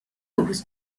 was